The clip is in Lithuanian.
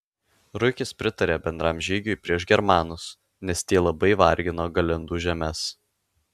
ruikis pritarė bendram žygiui prieš germanus nes tie labai vargino galindų žemes